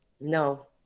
No